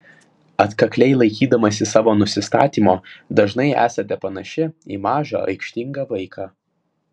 atkakliai laikydamasi savo nusistatymo dažnai esate panaši į mažą aikštingą vaiką